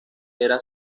era